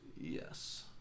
Yes